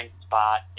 spot